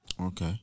Okay